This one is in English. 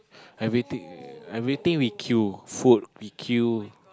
everything everything we queue food we queue